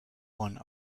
one